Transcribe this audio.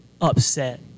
upset